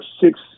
six